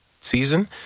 season